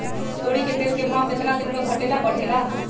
तोरी के तेल के भाव केतना दिन पर घटे ला बढ़े ला?